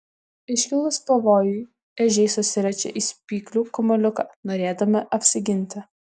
iškilus pavojui ežiai susiriečia į spyglių kamuoliuką norėdami apsiginti